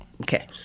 Okay